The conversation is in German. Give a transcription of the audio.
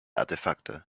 artefakte